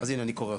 הנה אני קורא אותן: